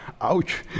Ouch